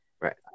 Right